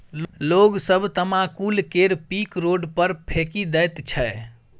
लोग सब तमाकुल केर पीक रोड पर फेकि दैत छै